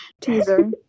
Teaser